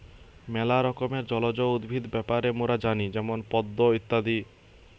ম্যালা রকমের জলজ উদ্ভিদ ব্যাপারে মোরা জানি যেমন পদ্ম ইত্যাদি